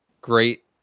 great